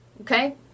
okay